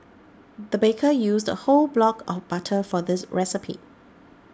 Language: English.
the baker used a whole block of butter for this recipe